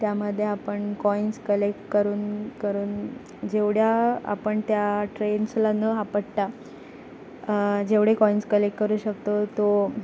त्यामध्ये आपण coins collect करून करून जेवढ्या आपण त्या ट्रेन्सला न आपटता जेवढे कॉईन्स कलेक्ट करू शकतो तो